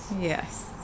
Yes